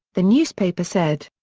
the newspaper said.